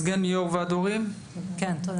בבקשה.